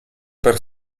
per